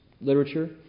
literature